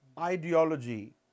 ideology